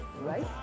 right